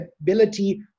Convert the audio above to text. ability